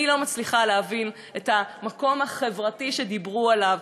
אני לא מצליחה להבין את המקום החברתי שדיברו עליו,